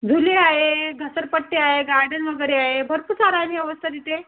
झुले आहे घसरपट्टी आहे गार्डन वगैरे आहे भरपूर सारं आहे व्यवस्था तिथे